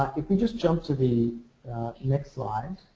if you just just to the next slide.